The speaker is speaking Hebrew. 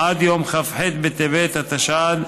עד יום כ"ח בטבת התשע"ד,